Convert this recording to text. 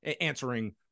answering